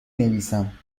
نویسم